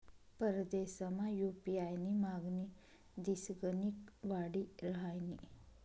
परदेसमा यु.पी.आय नी मागणी दिसगणिक वाडी रहायनी